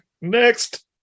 Next